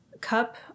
cup